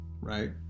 right